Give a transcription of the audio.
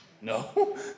No